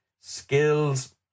skills